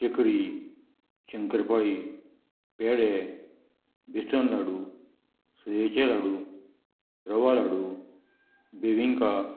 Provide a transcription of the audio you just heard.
चकरी शंकरपाळी पेडे बेसन लाडू सुयेचे लाडू रवा लाडू बेबिंका